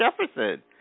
Jefferson